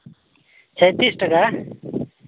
ᱪᱷᱚᱭᱛᱤᱨᱤᱥ ᱴᱟᱠᱟ